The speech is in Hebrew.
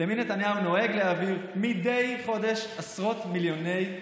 למי נתניהו נוהג להעביר מדי חודש עשרות מיליוני דולרים?